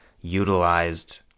utilized